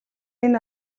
энэ